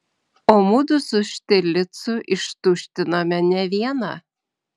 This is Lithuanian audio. o mudu su štirlicu ištuštinome ne vieną